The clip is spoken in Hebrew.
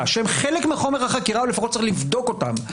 שהם חלק מחומר החקירה ולפחות צריך לבדוק אותן.